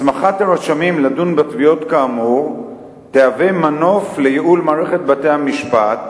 הסמכת הרשמים לדון בתביעות כאמור תהווה מנוף לייעול מערכת בתי-המשפט